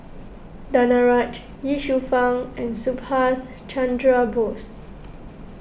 Danaraj Ye Shufang and Subhas Chandra Bose